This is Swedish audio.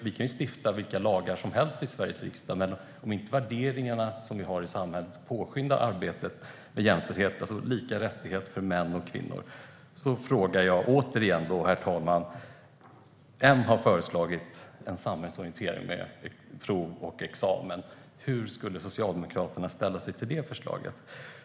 Vi kan stifta vilka lagar som helst i Sveriges riksdag, men om inte värderingarna i samhället påskyndar arbetet med jämställdhet - lika rättigheter för män och kvinnor - undrar jag återigen: M har föreslagit en samhällsorientering med prov och examen. Hur ställer sig Socialdemokraterna till det förslaget?